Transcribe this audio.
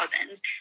thousands